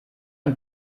und